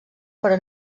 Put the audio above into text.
però